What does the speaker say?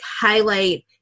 highlight